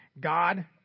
God